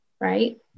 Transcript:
Right